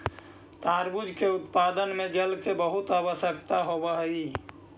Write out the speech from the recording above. तरबूजा के उत्पादन में जल की बहुत आवश्यकता होवअ हई